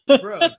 Bro